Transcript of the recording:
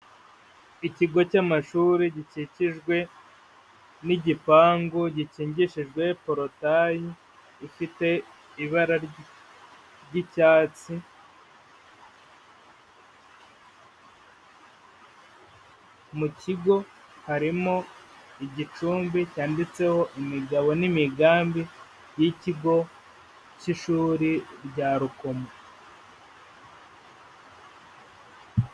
Ikigo cy'amashuri gikikijwe n'igipangu gikingishejwe porotayi ifite ibara ry'icyatsi, mu kigo harimo igicumbi cyanditseho imigabo n'imigambi y'ikigo cy'ishuri rya Rukomo.